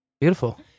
Beautiful